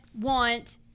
want